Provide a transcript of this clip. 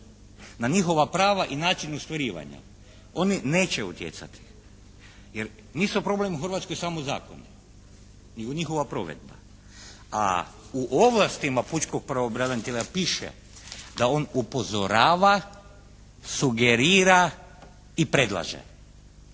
na njihova prava i način ostvarivanja oni neće utjecati. Jer nisu problem u Hrvatskoj samo zakoni, nego njihova provedba. A u ovlastima pučkog pravobranitelja piše da on upozorava, sugerira i predlaže.